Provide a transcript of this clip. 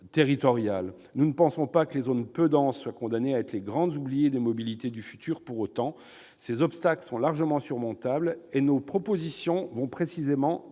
Nous ne pensons pas que les zones peu denses soient condamnées à être les grandes oubliées des mobilités du futur. En la matière, les obstacles sont largement surmontables, et nos propositions vont précisément dans